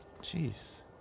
Jeez